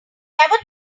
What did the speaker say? never